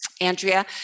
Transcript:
Andrea